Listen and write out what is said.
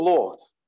Lord